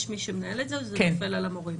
יש מי שמנהל את זה, או שזה נופל על המורים?